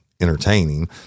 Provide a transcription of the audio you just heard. entertaining